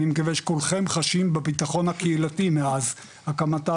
אני מקווה שכולכם חשים בביטחון הקהילתי מאז הקמתה